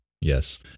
Yes